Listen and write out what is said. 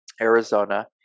Arizona